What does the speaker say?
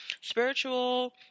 spiritual